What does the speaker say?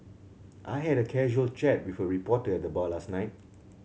I had a casual chat with a reporter at the bar last night